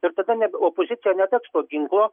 ir tada neb opozicija netaps ginklo